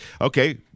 okay